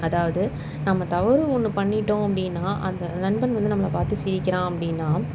அதாவது நம்ம தவறு ஒன்று பண்ணிட்டோம் அப்படின்னா அந்த நண்பன் வந்து நம்மளை பார்த்து சிரிக்கின்றான் அப்படினா